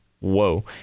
whoa